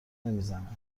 نمیزنه